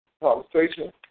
conversation